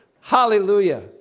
Hallelujah